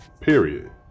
period